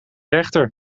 rechter